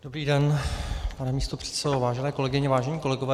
Dobrý den, pane místopředsedo, vážené kolegyně, vážení kolegové.